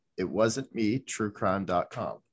ItWasn'tMeTrueCrime.com